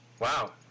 Wow